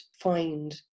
find